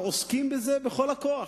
ועוסקים בזה בכל הכוח.